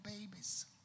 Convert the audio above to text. babies